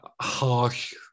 harsh